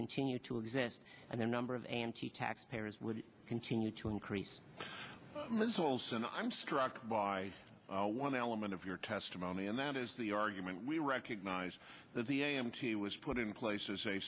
continue to exist and the number of anti tax payers would continue to increase and i'm struck by one element of your testimony and that is the argument we recognize that the a m t was put in place as a